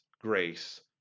grace